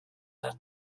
that